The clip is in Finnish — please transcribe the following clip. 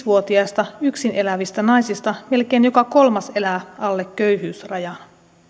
vuotiaista yksin elävistä naisista melkein joka kolmas elää alle köyhyysrajan